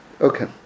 Okay